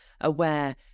aware